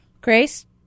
Grace